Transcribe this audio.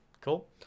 Cool